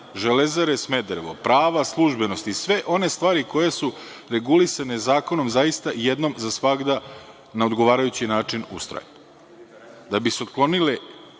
Železare Smederevo prava službenosti, sve one stvari koje su regulisane zakonom zaista jednom za svagda na odgovarajući način ustroje. Da bi se otklonile